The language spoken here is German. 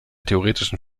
theoretischen